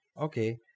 Okay